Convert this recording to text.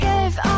Give